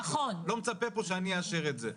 אני לא מצפה פה שאני אאשר את זה.